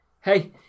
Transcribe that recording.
Hey